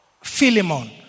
Philemon